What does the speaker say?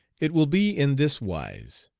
it will be in this wise,